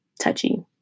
touchy